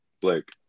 Blake